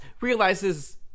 realizes